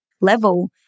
level